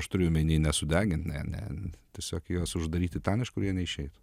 aš turiu omeny ne sudegint ne ne tiesiog juos uždaryti ten iš kur jie neišeitų